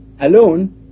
alone